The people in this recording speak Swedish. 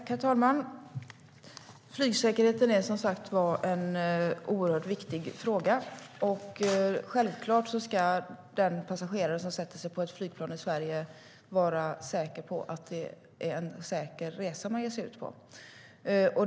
Herr talman! Flygsäkerheten är som sagt en oerhört viktig fråga. Självklart ska den passagerare som sätter sig i ett flygplan i Sverige vara säker på att det är en säker resa man ger sig ut på.